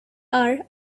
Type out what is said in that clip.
are